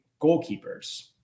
goalkeepers